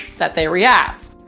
that they react,